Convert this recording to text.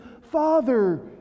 Father